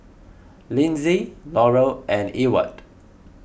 Lindsey Laurel and Ewart